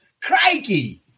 Crikey